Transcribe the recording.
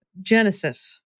Genesis